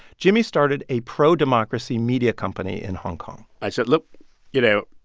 jimmy started a pro-democracy media company in hong kong i said, look you know,